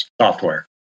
Software